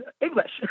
English